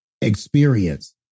experience